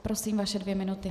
Prosím, vaše dvě minuty.